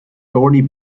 thorny